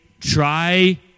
try